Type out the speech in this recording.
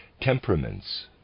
temperaments